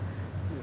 ya ya